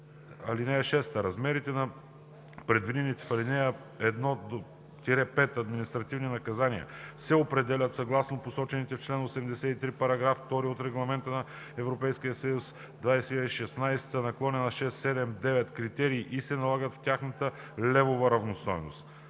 (6) Размерите на предвидените в ал. 1 – 5 административни наказания се определят съгласно посочените в чл. 83, параграф 2 от Регламент (ЕС) 2016/679 критерии и се налагат в тяхната левова равностойност.